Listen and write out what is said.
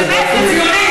הוא ציוני.